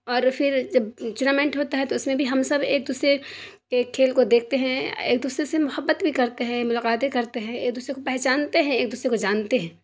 اور پھر جب چونامنٹ ہوتا ہے تو اس میں بھی ہم سب ایک دوسرے کے کھیل کو دیکھتے ہیں ایک دوسرے سے محبت بھی کرتے ہیں ملاقاتیں کرتے ہیں ایک دوسرے کو پہچانتے ہیں ایک دوسرے کو جانتے ہیں